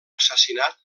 assassinat